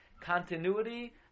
continuity